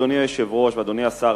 אדוני היושב-ראש ואדוני השר,